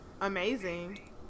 amazing